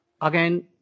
Again